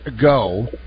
go